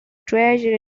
treasure